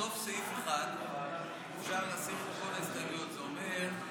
של חברי הכנסת יואב קיש ושלמה קרעי לסעיף 1 לא נתקבלה.